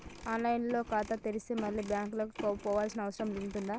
On line లో ఖాతా తెరిస్తే మళ్ళీ బ్యాంకుకు పోవాల్సిన అవసరం ఉంటుందా?